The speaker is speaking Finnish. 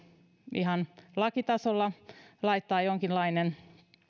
ihan lakitasolla laittaa jonkinlainen